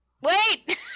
Wait